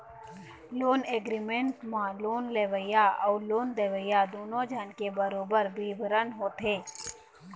loan agreement म loan लेवइया अउ लोन देवइया दूनो झन के बरोबर बिबरन होथे